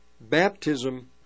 Baptism